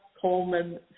Coleman